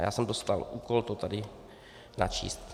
Já jsem dostal úkol to tady načíst.